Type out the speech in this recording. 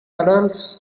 adults